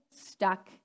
stuck